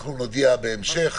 אנחנו נודיע בהמשך